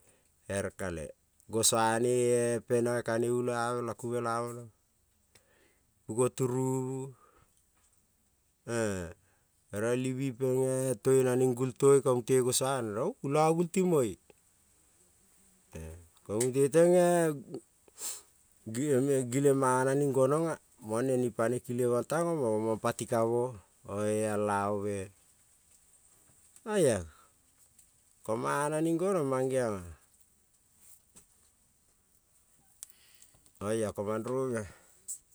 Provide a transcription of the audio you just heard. Ere kale gosua ne-e penai ka-ne ulo ave laku le la ave lo, puago turuvu ere livi peng-e tuena ning gultoi ko mute gosua ne rong ulo-a gulti mo-e, ko mute teng-e giang-e gilel mana ning gonong mone ning pane kileng mong tang omo omang pati ka-mo, oia alave, oia ko mana ning gonong mang-geong-a oia ko mandrovi-a.